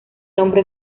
nombre